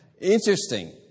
Interesting